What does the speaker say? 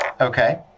Okay